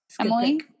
emily